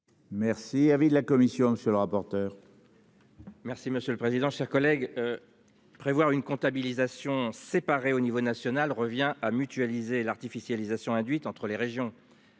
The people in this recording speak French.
merci avait de la commission. Monsieur le rapporteur. Merci monsieur le président, chers collègues. Prévoir une comptabilisation séparé au niveau national revient à mutualiser l'artificialisation induite entre les régions.